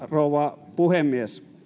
rouva puhemies